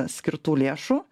skirtų lėšų